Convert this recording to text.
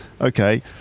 Okay